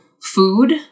food